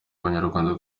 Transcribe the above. abanyarwanda